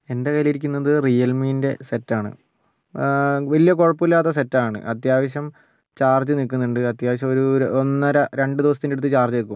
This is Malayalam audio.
എൻ്റെ കയ്യിലിരിക്കുന്നത് റിയൽ മീ ൻ്റെ സെറ്റ് ആണ് വലിയ കുഴപ്പമില്ലാത്ത സെറ്റ് ആണ് അത്യാവശ്യം ചാർജ് നിൽക്കുന്നുണ്ട് അത്യാവശ്യം ഒരൂ ഒന്നര രണ്ട് ദിവസത്തിൻ്റെ അടുത്ത് ചാർജ് നിൽക്കും